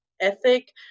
ethic